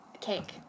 Cake